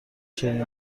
چنین